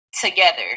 together